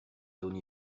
zone